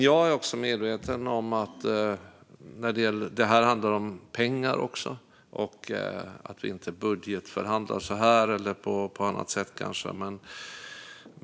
Jag är också medveten om att detta även handlar om pengar och att vi inte budgetförhandlar så här och kanske inte på annat sätt.